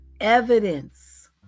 Evidence